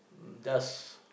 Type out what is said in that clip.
does